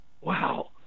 wow